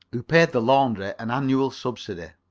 who paid the laundry an annual subsidy.